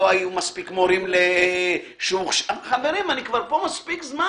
אני ניסיתי שלוש